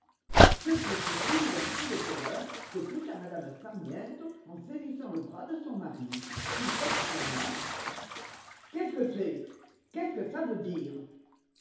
ce coup fut suivi d'un cri de terreur que poussa mme sparmiento en saisissant le bras de son mari il s'exclama qu'est-ce que c'est qu'est-ce que ça veut dire